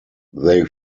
they